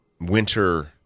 winter